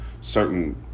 certain